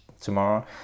tomorrow